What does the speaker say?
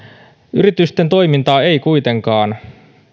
yritysten toimintaa ei kuitenkaan